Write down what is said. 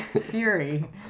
fury